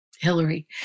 Hillary